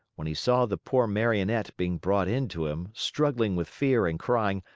when he saw the poor marionette being brought in to him, struggling with fear and crying,